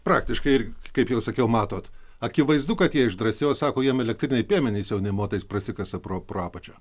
praktiškai ir kaip jau sakiau matot akivaizdu kad jie išdrąsėjo sako jam elektriniai piemenys jau nė motais prasikasa pro pro apačią